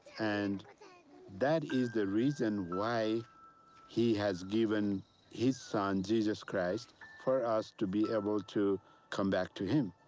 and that is the reason why he has given his son jesus christ for us to be able to come back to him.